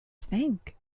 think